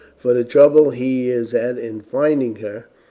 for the trouble he is at in finding her,